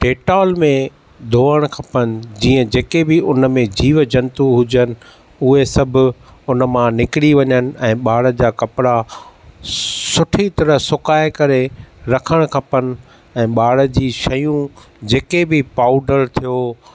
Dettol में धोअण खपनि जीअं जेके बि हुन में जीव जंतु हुजनि उहे सभु हुन मां निकिरी वञनि ऐं ॿार जा कपिड़ा सुठी तरह सुकाए करे रखण खपेनि ऐं ॿार जी शयूं जेके बि पाउडर थियो